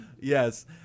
Yes